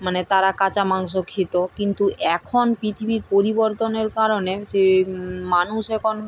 মানে তারা কাঁচা মাংস খেত কিন্তু এখন পৃথিবীর পরিবর্তনের কারণে সে মানুষ এখন